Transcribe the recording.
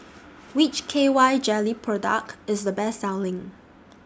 Which K Y Jelly Product IS The Best Selling